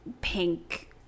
pink